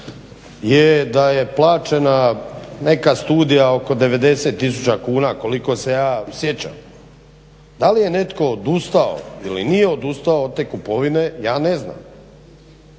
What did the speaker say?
je da je plaćena neka studija oko 90 tisuća kuna koliko se ja sjećam. Da li je netko odustao ili nije odustao od te kupovine ja ne znam